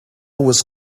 was